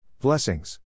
Blessings